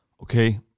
okay